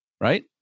right